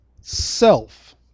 self